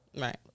Right